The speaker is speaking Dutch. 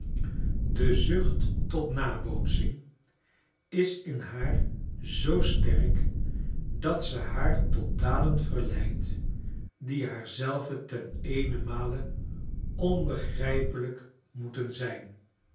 de zucht tot nabootsing is in haar zoo sterk dat ze haar tot daden verleidt die haar zelve ten eenenmale onbegrijpelijk moeten zijn